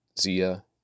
Zia